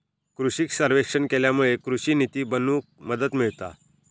कृषि सर्वेक्षण केल्यामुळे कृषि निती बनवूक मदत मिळता